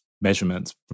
measurements